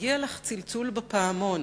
"מגיע לך צלצול בפעמון.